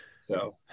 So-